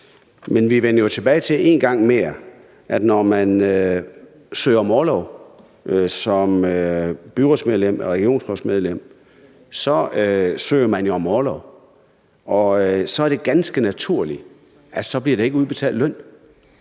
men vi vendte jo tilbage til det en gang mere, for når man søger om orlov som byrådsmedlem eller regionsrådsmedlem, søger man jo om orlov, og så er det ganske naturligt, at så bliver der ikke udbetalt løn.